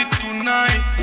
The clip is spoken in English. tonight